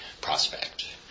prospect